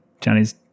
Johnny's